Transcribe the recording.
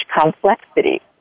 complexity